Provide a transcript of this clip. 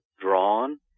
drawn